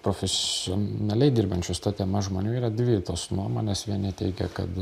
profesionaliai dirbančius ta tema žmonių yra dvi tos nuomonės vieni teigia kad